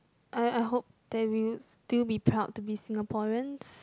I I hope that we'll still be proud to be Singaporeans